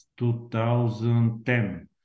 2010